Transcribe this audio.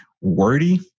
wordy